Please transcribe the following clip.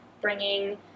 bringing